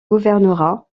gouvernorat